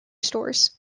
stores